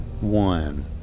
one